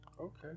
Okay